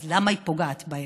אז למה היא פוגעת בהם?